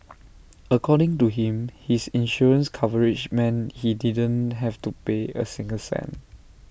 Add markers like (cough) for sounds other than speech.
(noise) according to him his insurance coverage meant he didn't have to pay A single cent